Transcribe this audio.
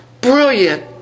brilliant